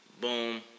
Boom